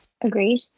Agreed